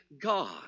God